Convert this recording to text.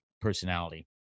personality